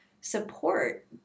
support